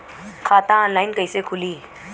खाता ऑनलाइन कइसे खुली?